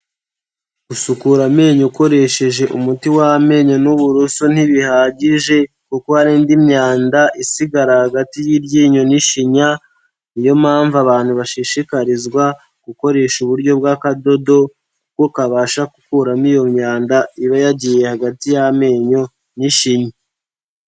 Gusukura amenyo ukoresheje umuti w'amenyo n'uburoso ntibihagije, kuko hari indi myanda isigara hagati y'iryinyo n'ishinya, ni yo mpamvu abantu bashishikarizwa gukoresha uburyo bw'akadodo kuko kabasha gukuramo iyo myanda iba yagiye hagati y'amenyo n'ishinya.